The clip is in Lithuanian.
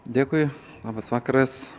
dėkui labas vakaras